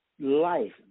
life